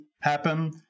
happen